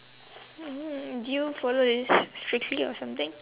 do you follow this strictly or something